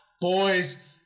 boys